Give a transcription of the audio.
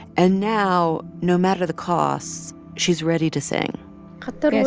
and now, no matter the cost, she's ready to sing but sort of